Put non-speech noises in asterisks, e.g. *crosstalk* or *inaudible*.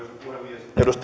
arvoisa *unintelligible*